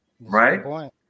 Right